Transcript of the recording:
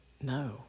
No